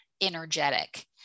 energetic